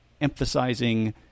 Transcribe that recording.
emphasizing